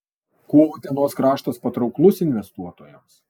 kuo utenos kraštas patrauklus investuotojams